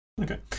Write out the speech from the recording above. Okay